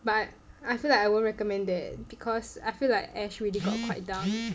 but I I feel like I won't recommend that because I feel like Ash really got quite dumb